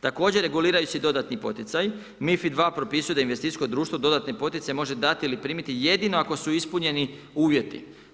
Također, reguliraju se dodatni poticaji. ... propisuje da investicijsko društvo dodatni poticaj može dati ili primiti jedino ako su ispunjeni uvjeti.